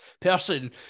person